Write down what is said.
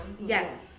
Yes